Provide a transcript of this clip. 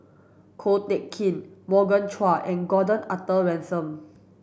Ko Teck Kin Morgan Chua and Gordon Arthur Ransome